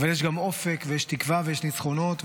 אבל יש גם אופק ויש תקווה ויש ניצחונות,